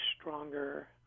stronger